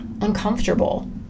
uncomfortable